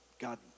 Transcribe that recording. God